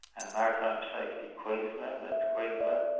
and maritime safety queensland, that's queensland.